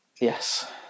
Yes